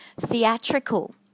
theatrical